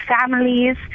families